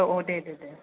औ औ दे दे दे